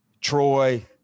Troy